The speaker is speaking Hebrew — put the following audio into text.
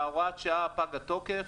הוראת השעה פגה תוקף.